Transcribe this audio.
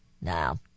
Now